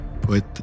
Put